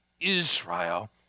Israel